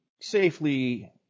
safely